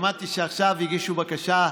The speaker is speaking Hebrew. שמעתי שעכשיו הגישו בקשה,